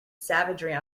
savagery